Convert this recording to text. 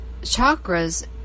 chakras